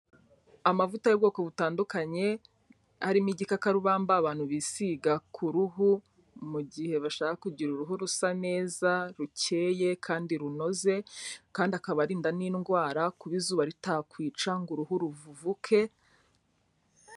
Amavuta y'ubwoko butandukanye, harimo igikaka rubamba abantu bisiga ku ruhu mu gihe bashaka kugira uruhu rusa neza rukeye kandi runoze kandi akaba arinda n'indwara, kuba izuba ritakwica ngo uruhu ruvuvuke.